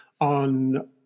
on